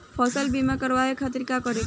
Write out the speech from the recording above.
फसल बीमा करवाए खातिर का करे के होई?